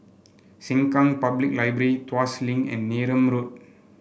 Sengkang Public Library Tuas Link and Neram Road